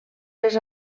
les